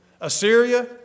Assyria